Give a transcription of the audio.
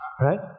Right